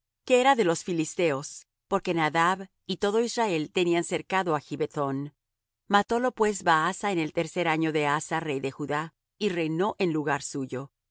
que era de los filisteos porque nadab y todo israel tenían cercado á gibbethón matólo pues baasa en el tercer año de asa rey de judá y reinó en lugar suyo